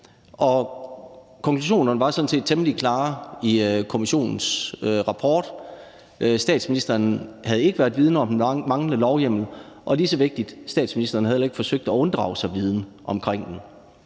konklusionerne var sådan set temmelig klare i kommissionens rapport: Statsministeren havde ikke været vidende om den manglende lovhjemmel, og lige så vigtigt havde statsministeren heller ikke forsøgt at unddrage sig viden omkring den.